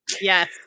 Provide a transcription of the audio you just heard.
Yes